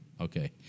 okay